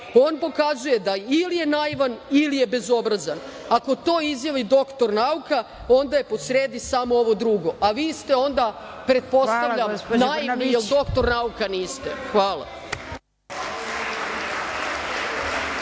on pokazuje da ili je naivan ili je bezobrazan. Ako to izjavi doktor nauka, onda je po sredi samo ovo drugo, a vi ste onda, pretpostavljam, naivni, jer doktor nauka niste. Hvala.